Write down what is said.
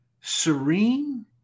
serene